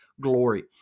glory